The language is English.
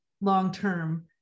long-term